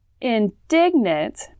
indignant